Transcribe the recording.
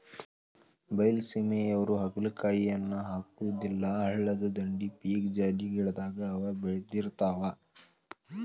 ಬೈಲಸೇಮಿಯವ್ರು ಹಾಗಲಕಾಯಿಯನ್ನಾ ಹಾಕುದಿಲ್ಲಾ ಹಳ್ಳದ ದಂಡಿ, ಪೇಕ್ಜಾಲಿ ಗಿಡದಾಗ ಅವ ಬೇಳದಿರ್ತಾವ